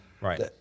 right